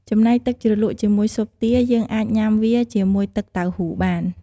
ចំណែកទឺកជ្រលក់ជាមួយស៊ុបទា យើងអាចញំុាវាជាមួយទឹកតៅហ៊ូបាន។